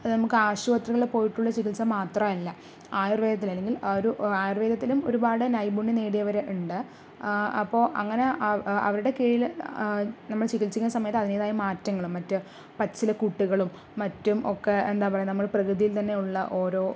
അത് നമുക്ക് ആശുപത്രികളിൽ പോയിട്ടുള്ള ചികിത്സ മാത്രമല്ല ആയുർവേദത്തിൽ അല്ലെങ്കിൽ ഒരു ആയുർവേദത്തിലും ഒരുപാട് നൈപുണ്യം നേടിയവർ ഉണ്ട് അപ്പോൾ അങ്ങനെ ആ അവരുടെ കീഴിൽ നമ്മൾ ചികിത്സിക്കുന്ന സമയത്ത് അതിൻറ്റേതായ മാറ്റങ്ങളും മറ്റ് പച്ചില കൂട്ടുകളും മറ്റും ഒക്കെ എന്താ പറയുക നമ്മൾ പ്രകൃതിയിൽ തന്നെയുള്ള ഓരോ